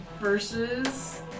Versus